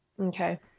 okay